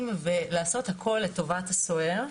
לעשות הכול לטובת הסוהר.